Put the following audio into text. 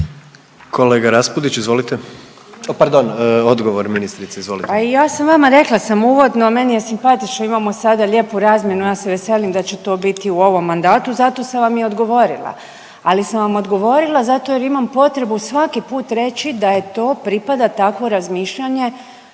Kolega Raspudić izvolite. Pardon, odgovor ministrice izvolite. **Obuljen Koržinek, Nina (HDZ)** Pa i ja sam vama rekla sam uvodno meni je simpatično imamo sada lijepu razmjenu ja se veselim da će to biti u ovom mandatu zato sam vam i odgovorila. Ali sam vam odgovorila zato jer imam potrebu svaki put reći da je to pripada takvo razmišljanje